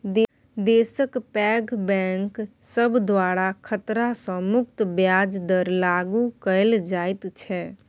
देशक पैघ बैंक सब द्वारा खतरा सँ मुक्त ब्याज दर लागु कएल जाइत छै